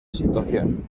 situación